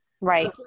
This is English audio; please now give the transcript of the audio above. Right